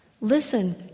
Listen